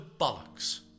bollocks